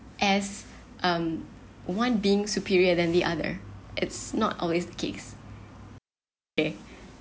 as um one being superior than the other it's not always kicks okay